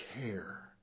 care